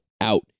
out